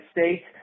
States